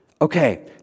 Okay